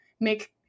make